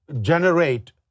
generate